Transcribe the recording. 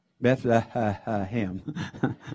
Bethlehem